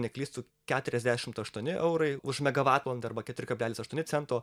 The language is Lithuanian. neklystu keturiasdešimt aštuoni eurai už megavatvalandę arba keturi kablelis aštuoni cento